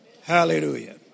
Hallelujah